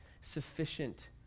sufficient